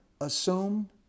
Assume